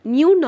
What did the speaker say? New